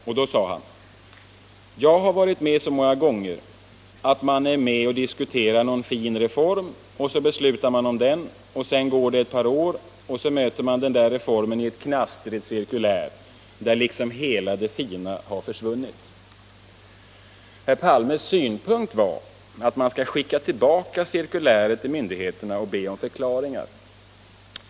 Han yttrade då: ”Jag har varit med så många gånger att man är med och diskuterar någon fin reform och så beslutar man om den och sedan går det ett par år och sedan så möter man den där reformen i ett knastrigt cirkulär, ——— där liksom hela det fina har försvunnit —-=.” Herr Palmes synpunkt var att man skall skicka tillbaka cirkuläret till Allmänpolitisk debatt Allmänpolitisk debatt myndigheterna och be om förklaringar.